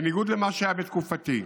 בניגוד למה שהיה בתקופתי,